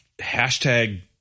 hashtag